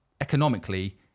economically